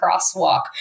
crosswalk